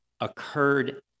occurred